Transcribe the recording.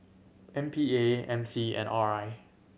M P A M C and R I